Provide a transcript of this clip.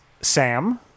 Sam